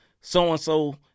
so-and-so